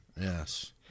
Yes